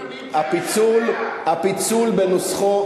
הפיצול בנוסחו,